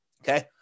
Okay